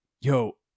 Yo